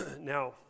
Now